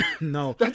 No